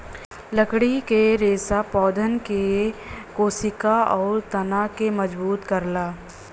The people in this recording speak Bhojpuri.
लकड़ी क रेसा पौधन के कोसिका आउर तना के मजबूत करला